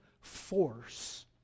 force